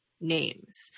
names